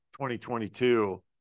2022